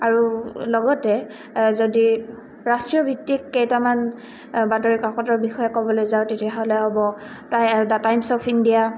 আৰু লগতে যদি ৰাষ্ট্ৰীয় ভিত্তিক কেইটামান বাতৰি কাকতৰ বিষয়ে ক'বলৈ যাওঁ তেতিয়াহ'লে হ'ব টাই দা টাইমছ অফ ইণ্ডিয়া